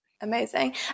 Amazing